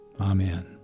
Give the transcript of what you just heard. Amen